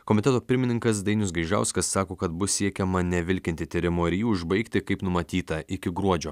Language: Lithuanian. komiteto pirmininkas dainius gaižauskas sako kad bus siekiama nevilkinti tyrimo ir jį užbaigti kaip numatyta iki gruodžio